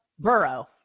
burrow